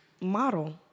model